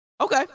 Okay